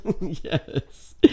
Yes